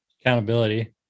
Accountability